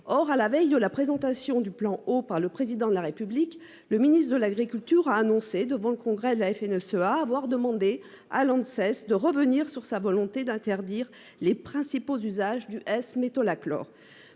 Or, à la veille de la présentation du plan eau par le président de la République. Le ministre de l'Agriculture a annoncé devant le congrès de la FNSEA, avoir demandé à Laon ne cesse de revenir sur sa volonté d'interdire les principaux usages du S-métolachlore.